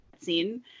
scene